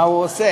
מה הוא עושה?